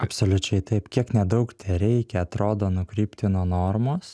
absoliučiai taip kiek nedaug tereikia atrodo nukrypti nuo normos